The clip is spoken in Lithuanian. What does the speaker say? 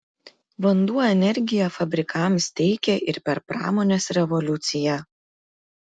vanduo energiją fabrikams teikė ir per pramonės revoliuciją